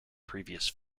previous